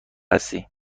هستی